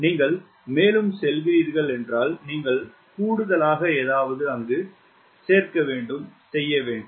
நீங்கள் மேலும் செல்கிறீர்கள் என்றால் நீங்கள் கூடுதல் ஏதாவது செய்ய வேண்டும்